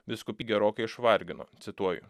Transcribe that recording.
vyskupy gerokai išvargino cituoju